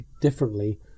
differently